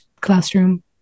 classroom